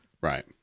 Right